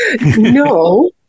No